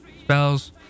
Spells